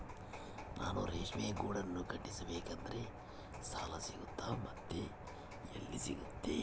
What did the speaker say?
ನಾನು ರೇಷ್ಮೆ ಗೂಡನ್ನು ಕಟ್ಟಿಸ್ಬೇಕಂದ್ರೆ ಸಾಲ ಸಿಗುತ್ತಾ ಮತ್ತೆ ಎಲ್ಲಿ ಸಿಗುತ್ತೆ?